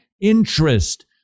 interest